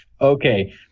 Okay